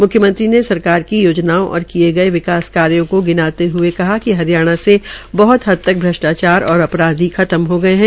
म्ख्यमंत्री मनोहर लाल ने सरकार की योजनाओं और किये गये विकास कार्यो को गिनाते हये कहा कि हरियाणा में बहुत हद तक भ्रष्टाचार और अपराधी खत्म हो गये है